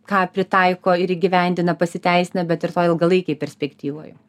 ką pritaiko ir įgyvendina pasiteisina bet ir toj ilgalaikėj perspektyvoj